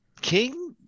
king